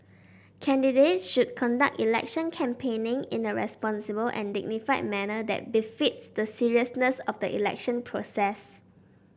candidates should conduct election campaigning in a responsible and dignified manner that befits the seriousness of the election process